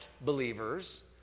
believers